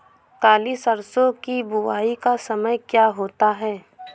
काली सरसो की बुवाई का समय क्या होता है?